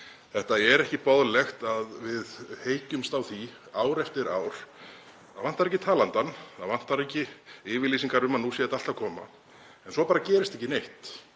Það er ekki boðlegt að við heykjumst á þessu ár eftir ár. Það vantar ekki talandann, það vantar ekki yfirlýsingar, um að nú sé þetta allt að koma, en svo bara gerist ekki neitt.